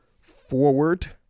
forward